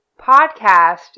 podcast